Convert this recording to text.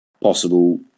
Possible